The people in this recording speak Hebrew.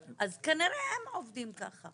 אז כנראה הם עובדים ככה.